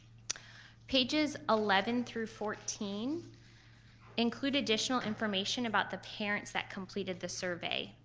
pages eleven through fourteen include additional information about the parents that completed the survey.